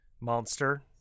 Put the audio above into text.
monster